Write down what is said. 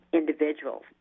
individuals